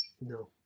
No